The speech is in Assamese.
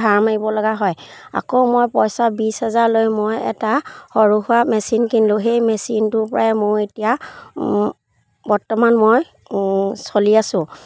ধাৰ মাৰিব লগা হয় আকৌ মই পইচা বিছ হাজাৰ লৈ মই এটা সৰু সুৰা মেচিন কিনিলোঁ সেই মেচিনটোৰ পৰাই মোৰ এতিয়া বৰ্তমান মই চলি আছোঁ